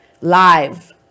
live